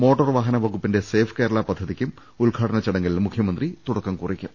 motor വാഹന വകുപ്പിന്റെ safe Kerala പദ്ധതിക്കും ഉദ്ഘാ ടന ചടങ്ങിൽ മുഖ്യമന്ത്രി തുടക്കം കുറിക്കും